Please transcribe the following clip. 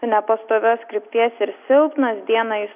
nepastovios krypties ir silpnas dieną jis